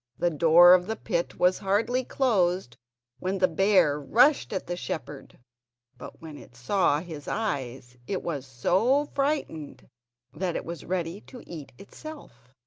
the door of the pit was hardly closed when the bear rushed at the shepherd but when it saw his eyes it was so frightened that it was ready to eat itself.